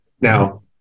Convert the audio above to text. Now